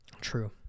True